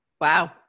Wow